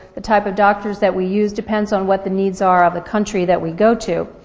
the type of doctors that we use depends on what the needs are of the country that we go to.